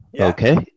Okay